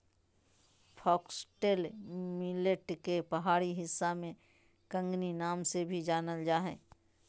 foxtail millet के पहाड़ी हिस्सा में कंगनी नाम से भी जानल जा हइ